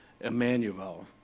Emmanuel